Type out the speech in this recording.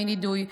מנידוי.